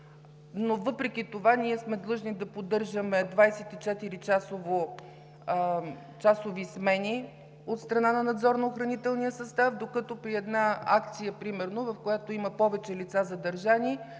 но въпреки това ние сме длъжни да поддържаме 24-часови смени от страна на надзорно-охранителния състав, докато примерно при една акция, в която има повече задържани